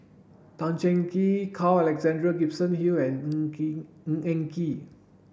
Tan Cheng Kee Carl Alexander Gibson Hill and Ng Kee Ng Eng